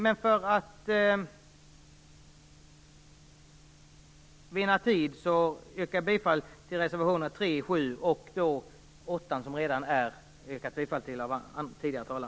Men för att vinna tid yrkar jag bifall till reservationerna 3 och 7 samt reservation 8, som tidigare talare redan har yrkat bifall till.